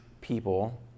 people